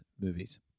movies